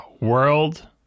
world